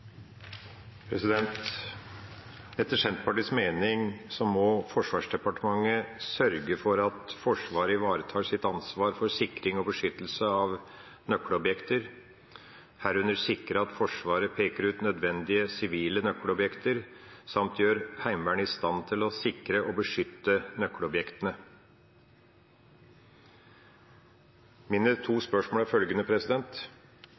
Etter Senterpartiets mening må Forsvarsdepartementet sørge for at Forsvaret ivaretar sitt ansvar for sikring og beskyttelse av nøkkelobjekter, herunder sikre at Forsvaret peker ut nødvendige sivile nøkkelobjekter, samt gjør Heimevernet i stand til å sikre og beskytte nøkkelobjektene. Mine to